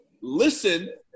listen